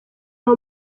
aho